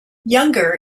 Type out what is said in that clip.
younger